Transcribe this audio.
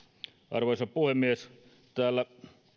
arvoisa puhemies täällä